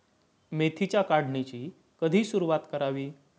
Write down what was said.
मेथीच्या काढणीची कधी सुरूवात करावी?